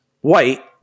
white